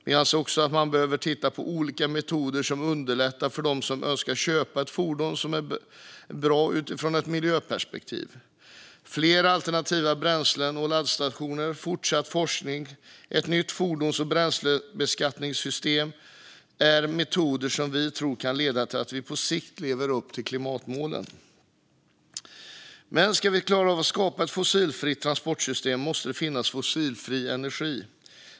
Vi anser också att man behöver titta på olika metoder som underlättar för dem som önskar köpa ett fordon som är bra utifrån ett miljöperspektiv. Fler alternativa bränsle och laddstationer, fortsatt forskning och ett nytt fordons och bränslebeskattningssystem är metoder som vi tror kan leda till att vi på sikt lever upp till klimatmålen. Men om vi ska klara av att skapa ett fossilfritt transportsystem måste det finnas fossilfri energi.